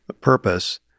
purpose